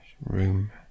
Room